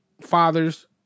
fathers